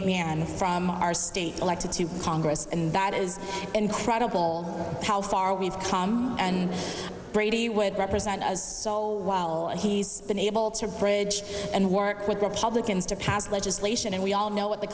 me and from our state elected to congress and that is incredible how far we've come and brady would represent as sole while he's been able to bridge and work with republicans to pass legislation and we all know what the